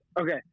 okay